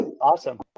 Awesome